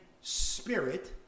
spirit